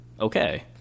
okay